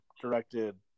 directed